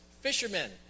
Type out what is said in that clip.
fishermen